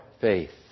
faith